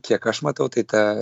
kiek aš matau tai ta